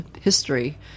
history